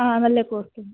ആ നല്ല കോസ്റ്റ്യൂം